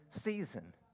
season